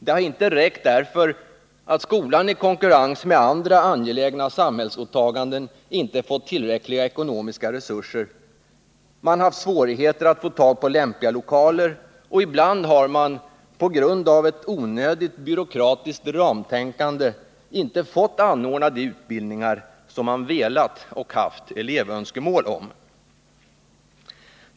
Det har inte räckt därför att skolan i konkurrens med andra angelägna samhällsåtaganden inte fått tillräckliga ekonomiska resurser. Man har haft svårigheter att få tag på lämpliga lokaler, och ibland har man på grund av ett onödigt byråkratiskt ramtänkande inte fått anordna de utbildningar man velat och haft elevönskemål om.